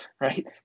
Right